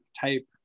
type